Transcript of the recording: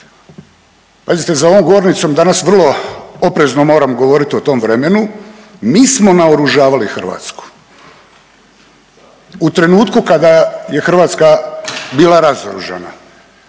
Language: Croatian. Pazite za ovom govornicom danas vrlo oprezno moram govoriti o tom vremenu. Mi smo naoružavali Hrvatsku u trenutku kada je Hrvatska bila razoružana.